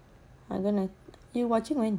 I'm gonna you watching when